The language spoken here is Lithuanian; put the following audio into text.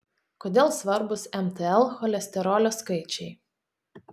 kodėl svarbūs mtl cholesterolio skaičiai